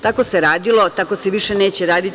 Tako se radilo, tako se više neće raditi.